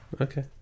Okay